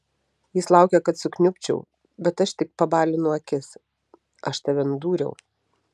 jis laukia kad sukniubčiau bet aš tik pabalinu akis aš tave nudūriau